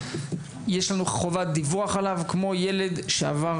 יש לנו חובת דיווח עליו כמו ילד שעבר